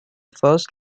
first